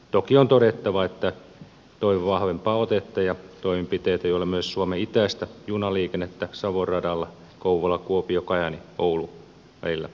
toki on todettava että toivon vahvempaa otetta ja toimenpiteitä joilla myös suomen itäistä junaliikennettä savon radalla kouvolakuopiokajaanioulu välillä nopeutetaan